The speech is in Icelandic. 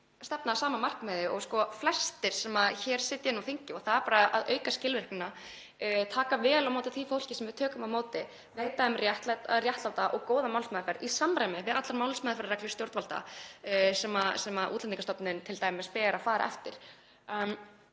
stefna að sama markmiði og flestir sem hér sitja á þingi og það er að auka skilvirknina, taka vel á móti því fólki sem við tökum á móti og veita því réttláta og góða málsmeðferð í samræmi við allar málsmeðferðarreglur stjórnvalda sem Útlendingastofnun ber að fara eftir.